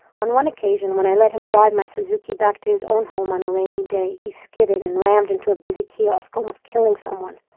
on one occasion, when i let him drive the suzuki back to his own home on a rainy day, he skidded and rammed into a busy kiosk, almost killing someone.